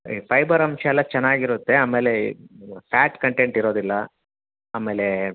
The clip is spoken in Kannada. ಈ ಪೈಬರ್ ಅಂಶ ಎಲ್ಲ ಚೆನ್ನಾಗಿರುತ್ತೆ ಆಮೇಲೆ ಫ್ಯಾಟ್ ಕಂಟೆಂಟ್ ಇರೋದಿಲ್ಲ ಆಮೇಲೆ